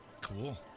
Cool